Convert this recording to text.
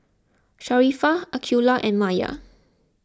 Sharifah Aqilah and Maya